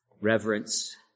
reverence